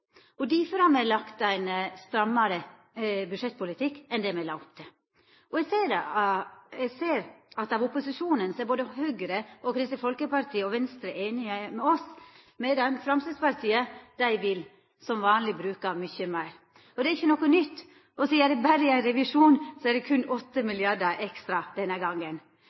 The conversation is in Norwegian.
Difor har me lagt ein strammare budsjettpolitikk enn det me la opp til. Eg ser at av opposisjonen er både Høgre, Kristeleg Folkeparti og Venstre einige med oss, medan Framstegspartiet som vanleg vil bruka mykje meir – det er ikkje noko nytt, og sidan det berre er ein revisjon, er det berre 8 mrd. kr ekstra denne gongen